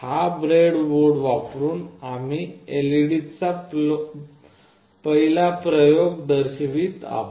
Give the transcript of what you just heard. हा ब्रेडबोर्ड वापरुन आम्ही LED चा पहिला प्रयोग दर्शवित आहोत